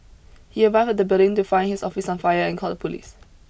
he arrived at the building to find his office on fire and called the police